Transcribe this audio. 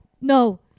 no